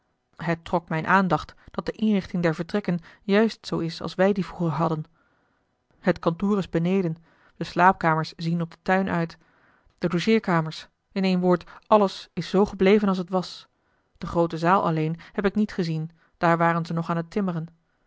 het trok mijne aandacht dat de inrichting der vertrekken juist zoo is als wij die vroeger hadden het kantoor is beneden de slaapkamers zien op den tuin uit de logeerkamers in één woord alles is zoo gebleven als het was de groote zaal alleen heb ik niet gezien daar waren ze nog aan het timmeren